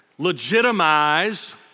legitimize